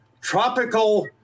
tropical